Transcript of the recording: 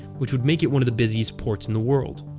which would make it one of the busiest ports in the world.